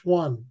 one